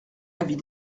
avis